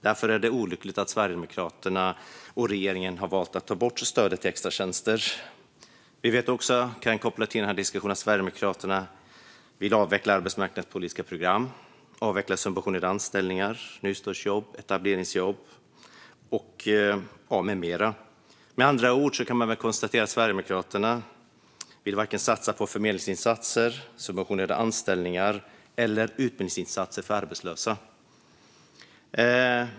Därför är det olyckligt att Sverigedemokraterna och regeringen har valt att ta bort stödet till extratjänster. Till diskussionen kan jag också koppla att Sverigedemokraterna vill avveckla arbetsmarknadspolitiska program. Man vill avveckla subventionerade anställningar som nystartsjobb, etableringsjobb med mera. Med andra ord kan vi väl konstatera att Sverigedemokraterna varken vill satsa på förmedlingsinsatser, subventionerade anställningar eller utbildningsinsatser för arbetslösa.